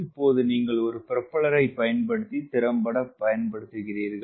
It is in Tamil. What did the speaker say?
இப்போது நீங்கள் ஒரு புரோப்பல்லரைப் பயன்படுத்தி திறம்பட பயன்படுத்துகிறீர்கள்